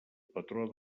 patró